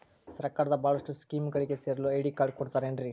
ಸರ್ಕಾರದ ಬಹಳಷ್ಟು ಸ್ಕೇಮುಗಳಿಗೆ ಸೇರಲು ಐ.ಡಿ ಕಾರ್ಡ್ ಕೊಡುತ್ತಾರೇನ್ರಿ?